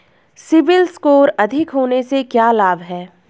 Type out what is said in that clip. CIBIL score अधिक होने से क्या लाभ हैं?